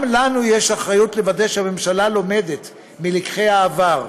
גם לנו יש אחריות לוודא שהממשלה לומדת מלקחי העבר,